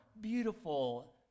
beautiful